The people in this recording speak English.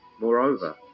Moreover